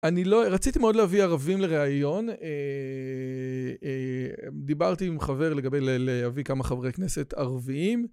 אני לא... רציתי מאוד להביא ערבים לראיון. דיברתי עם חבר לגבי להביא כמה חברי כנסת ערביים.